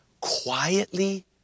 Quietly